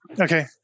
Okay